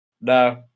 no